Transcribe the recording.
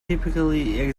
typically